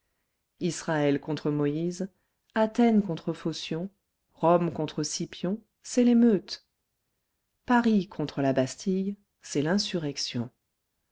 israël contre moïse athènes contre phocion rome contre scipion c'est l'émeute paris contre la bastille c'est l'insurrection